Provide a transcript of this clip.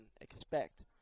expect